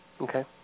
Okay